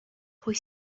pwy